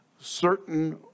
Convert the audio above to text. certain